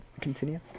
Continue